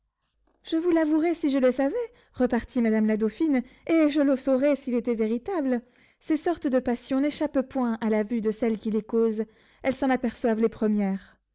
je vous l'avouerais si je le savais repartit madame la dauphine et je le saurais s'il était véritable ces sortes de passions n'échappent point à la vue de celles qui les causent elles s'en aperçoivent les premières